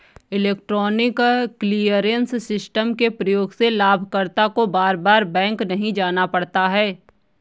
electronic clearance system के प्रयोग से लाभकर्ता को बार बार बैंक नहीं जाना पड़ता है